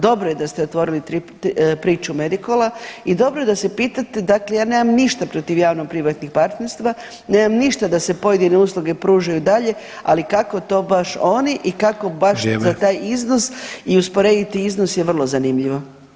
Dobro je da ste otvorili priču Medikola i dobro je da se pitate, dakle ja nemam ništa protiv javno privatnih partnerstva, nemam ništa da se pojedine usluge pružaju i dalje, ali kako to baš oni i kako baš [[Upadica Sanader: Vrijeme.]] za taj iznos i usporediti iznos je vrlo zanimljivo.